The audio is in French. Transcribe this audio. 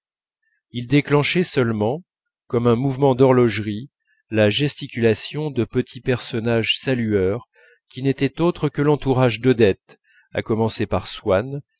il déclenchait seulement comme un mouvement d'horlogerie la gesticulation de petits personnages salueurs qui n'étaient autres que l'entourage d'odette à commencer par swann